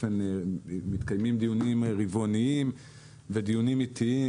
מתקיימים דיונים רבעוניים ודיונים עתיים